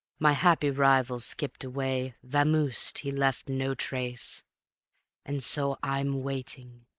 my happy rival skipped away, vamoosed, he left no trace and so i'm waiting,